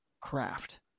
craft